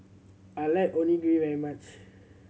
I like Onigiri very much